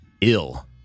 ill